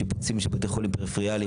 שיפוצים של בתי חולים פריפריאליים.